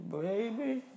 baby